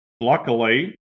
luckily